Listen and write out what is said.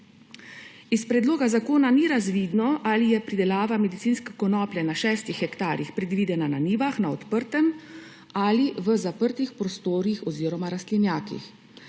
Iz predloga zakona ni razvidno, ali je pridelava medicinske konoplje na šestih hektarjih predvidena na njivah na odprtem ali v zaprtih prostorih oziroma rastlinjakih.